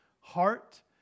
heart